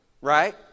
right